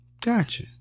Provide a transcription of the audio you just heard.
Gotcha